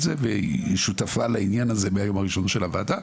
זה והיא שותפה לעניין הזה מהיום הראשון של הוועדה,